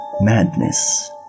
madness